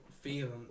feeling